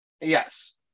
Yes